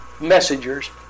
messengers